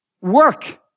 work